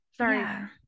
sorry